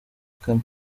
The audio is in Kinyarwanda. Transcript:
kane